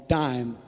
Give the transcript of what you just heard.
time